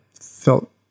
felt